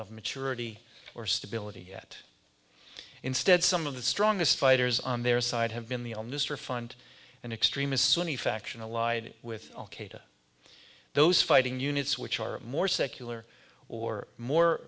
of maturity or stability yet instead some of the strongest fighters on their side have been the on this refined and extremist sunni faction allied with al qaeda those fighting units which are more secular or more